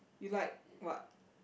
you like what